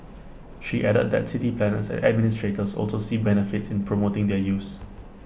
she added that city planners and administrators also see benefits in promoting their use